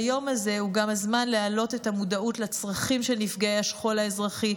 היום הזה הוא גם הזמן להעלות את המודעות לצרכים של נפגעי השכול האזרחי,